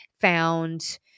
found